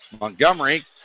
Montgomery